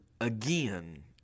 again